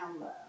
love